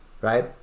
Right